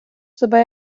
себе